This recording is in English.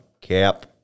Cap